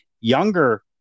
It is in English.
younger